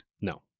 No